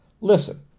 Listen